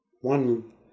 One